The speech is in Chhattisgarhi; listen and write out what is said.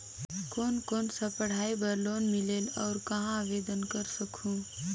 कोन कोन सा पढ़ाई बर लोन मिलेल और कहाँ आवेदन कर सकहुं?